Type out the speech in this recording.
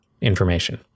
information